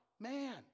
Man